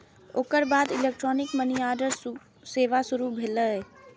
ओकर बाद electronic money order सेवा शुरू भेलै